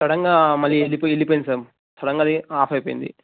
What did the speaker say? సడన్గా మళ్ళీ వెళ్ళిపోయి వెళ్ళిపోయింది సార్ సడన్గా అదే ఆఫ్ అయిపోయింది